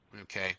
okay